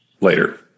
later